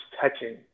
touching